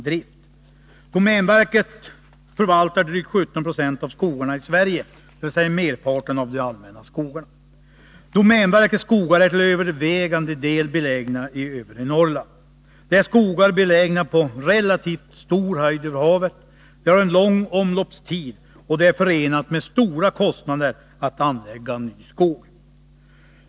Domänverket förvaltar drygt 17 96 av skogarna i Sverige, dvs. merparten av de allmänna skogarna. Domänverkets skogar är till övervägande del belägna i övre Norrland. Det är skogar belägna på relativt stor höjd över havet, de har en lång omloppstid, och det är förenat med stora kostnader att anlägga ny skog.